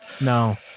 No